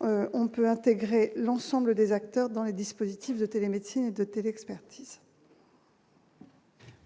on peut intégrer l'ensemble des acteurs dans les dispositifs de télémédecine de télé-expertise.